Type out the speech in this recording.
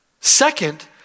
Second